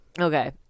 Okay